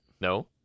No